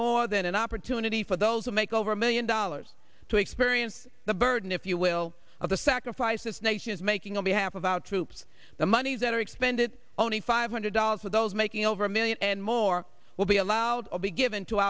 more than an opportunity for those who make over a million dollars to experience the burden if you will of the sacrifice this nation is making on behalf of out troops the monies that are expended only five hundred dollars for those making over a million and more will be allowed to be given to